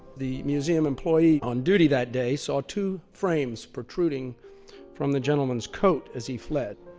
the museum employee on duty that day saw two frames protruding from the gentleman's coat as he fled.